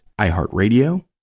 iHeartRadio